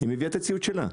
היא מביאה את הציוד שלה.